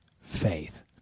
faith